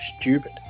stupid